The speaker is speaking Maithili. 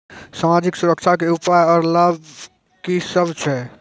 समाजिक सुरक्षा के उपाय आर लाभ की सभ छै?